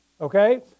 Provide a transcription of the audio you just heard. Okay